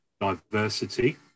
diversity